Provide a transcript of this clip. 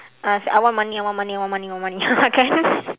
uh say I want money I want money I want money I want money can